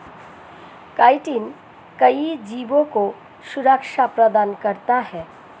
chitin कई जीवों को सुरक्षा प्रदान करता है